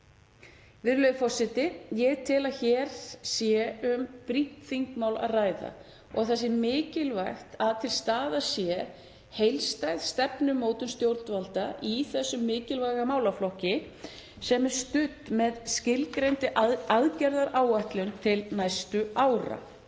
Virðulegi forseti. Ég tel að hér sé um brýnt þingmál að ræða og það sé mikilvægt að til staðar sé heildstæð stefnumótun stjórnvalda í þessum mikilvæga málaflokki sem er studd með skilgreindri aðgerðaáætlun til næstu ára.